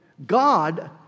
God